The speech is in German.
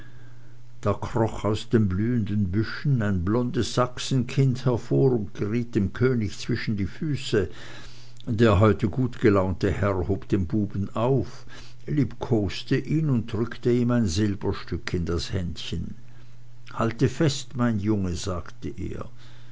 da kroch aus den blühenden büschen ein blondes sachsenkind hervor und geriet dem könig zwischen die füße der heute gutgelaunte herr hob den buben auf liebkoste ihn und drückte ihm ein silberstück in das händchen halte fest mein junge sagte er